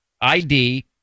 ID